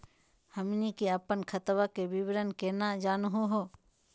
हमनी के अपन खतवा के विवरण केना जानहु हो?